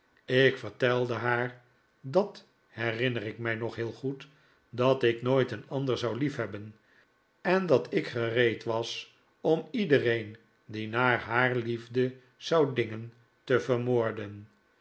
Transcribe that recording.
ik vertelde haar dat herinner ik mij nog heel goed dat ik nooit een andere zou liefhebben en dat ik gereed was om iedereen die naar haar liefde zou dingen te vermoorden